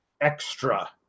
extra-